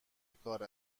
کار